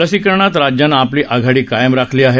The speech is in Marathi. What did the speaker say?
लसीकरणात राज्यानं आपली आघाडी कायम राखली आहे